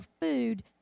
food